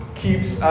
keeps